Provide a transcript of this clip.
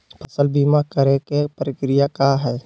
फसल बीमा करे के प्रक्रिया का हई?